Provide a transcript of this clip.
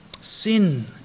Sin